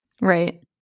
right